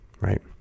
right